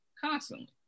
constantly